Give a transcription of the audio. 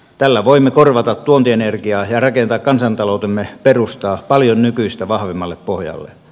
tällä voimme korvata tuontienergiaa ja rakentaa kansantaloutemme perustaa paljon nykyistä vahvemmalle pohjalle